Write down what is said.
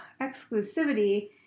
exclusivity